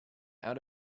out